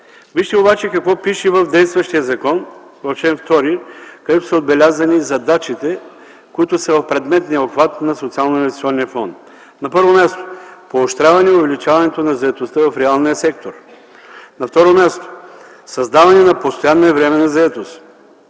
Вижте обаче какво пише в действащия закон, в чл. 2, където са отбелязани задачите, които са в предметния обхват на Социалноинвестиционния фонд. На първо място, „поощряване увеличаването на заетостта в реалния сектор”. На второ място, „създаване на постоянна и временна заетост”.